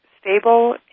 stable